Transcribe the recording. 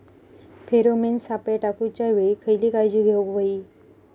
Pheromone सापळे टाकूच्या वेळी खयली काळजी घेवूक व्हयी?